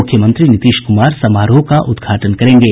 मुख्यमंत्री नीतीश कुमार समारोह का उद्घाटन करेंगे